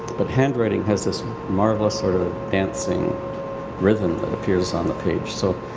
but handwriting has this marvelous sort of dancing rhythm that appears on the page, so